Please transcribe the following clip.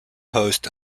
host